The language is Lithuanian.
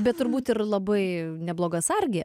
bet turbūt ir labai nebloga sargė